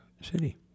city